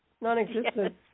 non-existent